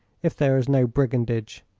if there is no brigandage?